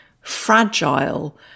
fragile